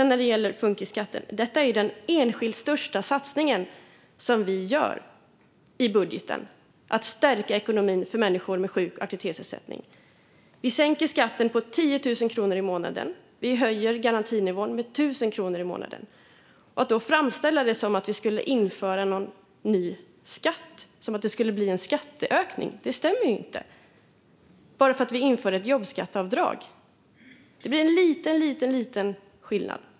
När det gäller funkisskatten: Den enskilt största satsning som vi gör i budgeten är att stärka ekonomin för människor med sjuk och aktivitetsersättning. Vi sänker skatten med 10 000 kronor om året. Vi höjer garantinivån med 1 000 kronor i månaden. Om man då framställer det som att vi skulle införa någon ny skatt, så att det blir en skatteökning, stämmer det inte. Vi inför ett jobbskatteavdrag, och det blir en liten liten skillnad.